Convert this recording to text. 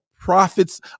prophets